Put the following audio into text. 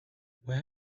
where